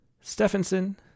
Stephenson